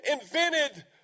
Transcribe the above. invented